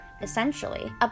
essentially